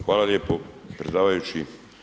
Hvala lijepo predsjedavajući.